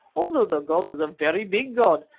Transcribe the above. also the god was a very big god,